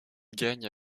gagnent